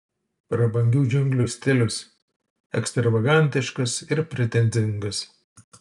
prabangių džiunglių stilius ekstravagantiškas ir pretenzingas